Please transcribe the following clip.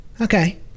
Okay